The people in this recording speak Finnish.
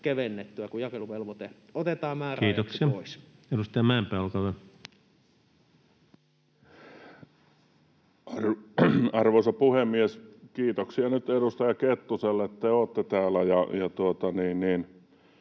kevennettyä, kun jakeluvelvoite otetaan määräajaksi pois. Kiitoksia. — Edustaja Mäenpää, olkaa hyvä. Arvoisa puhemies! Kiitoksia nyt edustaja Kettuselle, että te olette täällä.